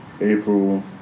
April